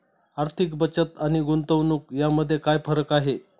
आर्थिक बचत आणि गुंतवणूक यामध्ये काय फरक आहे?